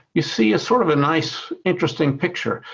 you see a sort of a nice, interesting picture.